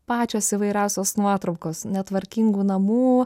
pačios įvairiausios nuotraukos netvarkingų namų